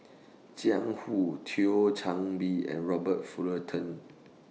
Jiang Hu Thio Chan Bee and Robert Fullerton